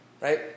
Right